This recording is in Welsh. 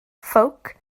ffowc